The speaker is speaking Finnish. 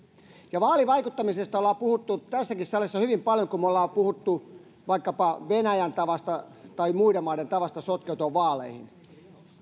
vaalivaikuttamisesta ollaan puhuttu tässäkin salissa hyvin paljon kun me olemme puhuneet vaikkapa venäjän tai vastaavien muiden maiden tavasta sotkeutua vaaleihin